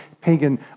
pagan